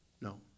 No